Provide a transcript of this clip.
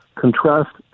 contrast